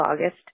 August